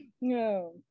no